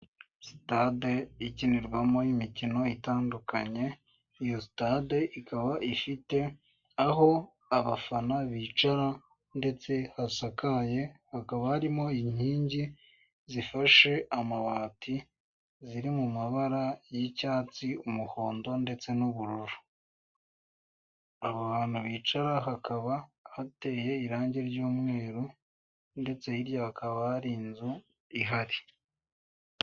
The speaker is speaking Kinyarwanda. Sitade ikinirwamo imikino itandukanye, iyo sitade ikaba ifite aho abafana bicara ndetse hasakaye, hakaba harimo inkingi zifashe amabati ziri mu mabara y'icyatsi, umuhondo ndetse n'ubururu. Aho hantu bicara hakaba hateye irangi ry'umweru ndetse hirya hakaba hari inzu ihari.